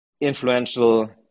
influential